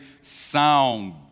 sound